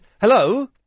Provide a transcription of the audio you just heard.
Hello